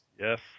Yes